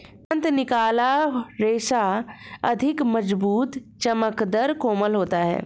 तुरंत निकाला रेशा अधिक मज़बूत, चमकदर, कोमल होता है